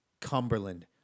Cumberland